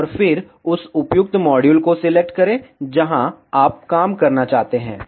और फिर उस उपयुक्त मॉड्यूल को सिलेक्ट करें जहाँ आप काम करना चाहते हैं